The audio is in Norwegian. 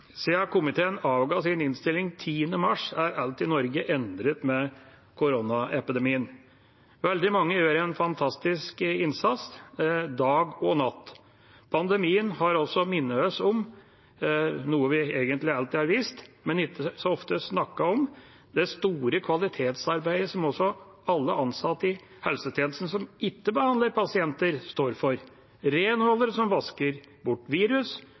komiteen avga sin innstilling 10. mars, er alt i Norge endret med koronaepidemien. Veldig mange gjør en fantastisk innsats dag og natt. Pandemien har mint oss om noe vi egentlig alltid har visst, men ikke så ofte snakket om – det store kvalitetsarbeidet som også alle ansatte i helsetjenesten som ikke behandler pasienter, står for: renholdere som vasker bort virus,